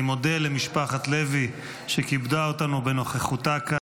אני מודה למשפחת לוי, שכיבדה אותנו בנוכחותה כאן.